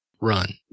run